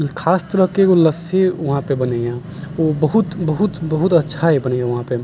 खास तरहके एगो लस्सी वहाँ पे बनैया ओ बहुत बहुत बहुत अच्छा बनैया वहाँ पे